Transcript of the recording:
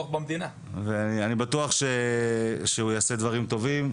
בטוח שתעשה דברים טובים.